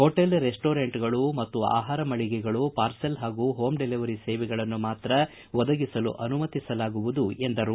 ಹೋಟೆಲ್ಗಳು ರೆಸ್ಟೋರೆಂಟ್ಗಳು ಮತ್ತು ಆಹಾರ ಮಳಿಗೆಗಳು ಪಾರ್ಸೆಲ್ ಹಾಗೂ ಹೋಂ ಡೆಲಿವರಿ ಸೇವೆಗಳನ್ನು ಮಾತ್ರ ಒದಗಿಸಲು ಅನುಮತಿಸಲಾಗುವುದು ಎಂದರು